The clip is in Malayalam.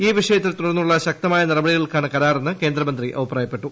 ഈ വിഷയത്തിൽ തുടർന്നുള്ള ശക്തമാ്യ നട്ട്പടികൾക്കാണ് കരാറെന്ന് കേന്ദ്രമന്ത്രി അഭിപ്രായപ്പെട്ടു